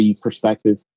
perspective